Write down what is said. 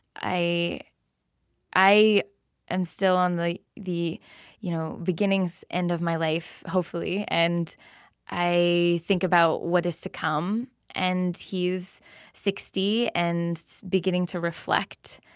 i i am still on the the you know beginning end of my life hopefully, and i think about what is to come and he's sixty and beginning to reflect.